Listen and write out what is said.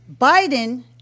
biden